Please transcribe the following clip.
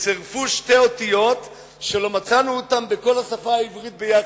וצירפו שתי אותיות שלא מצאנו אותן בכל השפה העברית יחד,